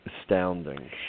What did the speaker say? astounding